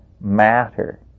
matter